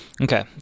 Okay